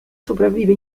sopravvive